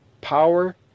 power